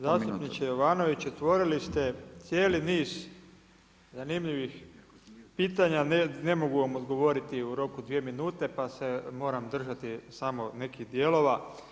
Zastupniče Jovanović, otvorili ste cijeli niz zanimljivih pitanja, ne mogu vam odgovoriti u roku dvije minute, pa se moram držati samo nekih dijelova.